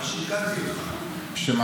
מה